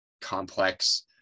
complex